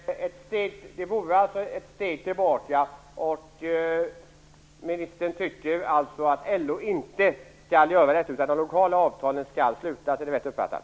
Fru talman! Kan man förtydliga detta med att det vore ett steg tillbaka? Ministern tycker alltså att LO inte skall göra så här, utan de lokala avtalen skall slutas. Är det rätt uppfattat?